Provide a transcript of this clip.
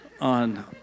on